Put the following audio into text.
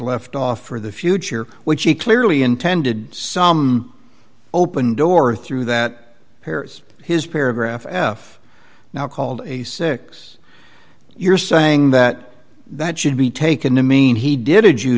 left off for the future which he clearly intended some open door through that pairs his paragraph now called a six you're saying that that should be taken to mean he did a